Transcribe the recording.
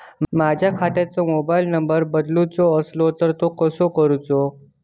माझ्या खात्याचो mobile number बदलुचो असलो तर तो कसो करूचो?